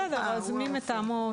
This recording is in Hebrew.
לכן מי שצריך להודיע זה הרופא המומחה,